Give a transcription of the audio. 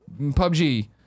PUBG